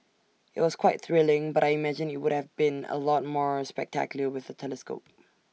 IT was quite thrilling but I imagine IT would have been A lot more spectacular with A telescope